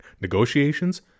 Negotiations